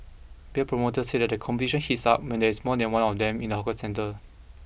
beer promoters say that the competition heats up when there is more than one of them in the hawker centre